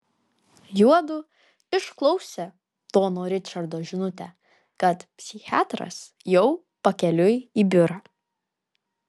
juodu išklausė dono ričardo žinutę kad psichiatras jau pakeliui į biurą